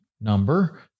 number